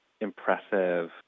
impressive